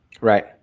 right